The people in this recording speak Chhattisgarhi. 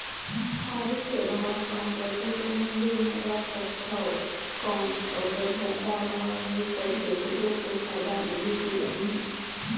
आलू के भाव कम रथे तो मंडी मे रख सकथव कौन अउ जब जादा भाव होही तब बेचबो तो फायदा मिलही की बनही?